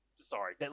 Sorry